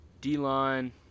D-line